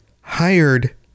hired